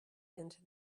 into